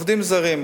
עובדים זרים.